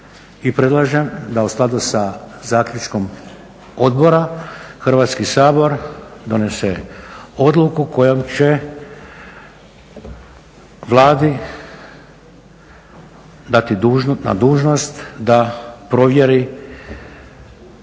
predlažem da u skladu sa zaključkom odbora Hrvatski sabor donese odluku kojom će Vladi dati na dužnost da provjeri